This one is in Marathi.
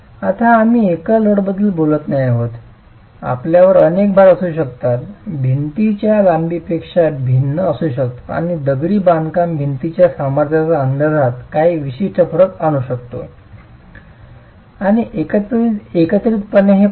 आता आम्ही एकल लोडबद्दल बोलत नाही आहोत आपल्यावर अनेक भार असू शकतात भिंतींच्या लांबीपेक्षा भिन्न असू शकतात आणि दगडी बांधकाम भिंतीच्या सामर्थ्याच्या अंदाजात काही विशिष्ट फरक आणू शकतो आणि एकत्रितपणे हे परिणाम